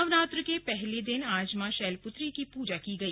नवरात्र के पहले दिन आज मां शैलपुत्री की पूजा की गई